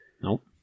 Nope